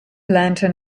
lantern